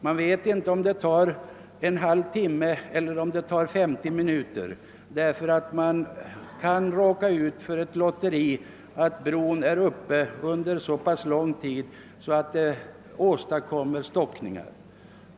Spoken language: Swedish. Man vet inte om det tar en halvtimme eller 50 minuter, eftersom det är ett lotteri huruvida bron kommer att vara uppe under så lång tid att det uppstår stockningar.